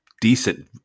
decent